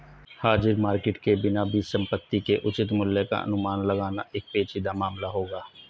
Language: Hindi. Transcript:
हाजिर मार्केट के बिना भी संपत्ति के उचित मूल्य का अनुमान लगाना एक पेचीदा मामला होगा